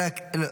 אלה